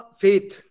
faith